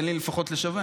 תן לי לפחות לשבח,